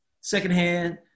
secondhand